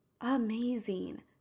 amazing